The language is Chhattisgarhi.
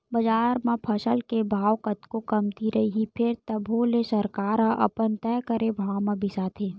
बजार म फसल के भाव कतको कमती रइही फेर तभो ले सरकार ह अपन तय करे भाव म बिसाथे